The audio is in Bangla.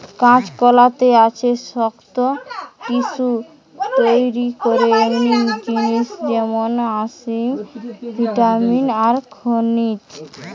কাঁচকলাতে আছে শক্ত টিস্যু তইরি করে এমনি জিনিস যেমন আমিষ, ভিটামিন আর খনিজ